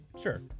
sure